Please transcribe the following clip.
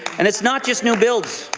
and it's not just new builds.